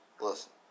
Listen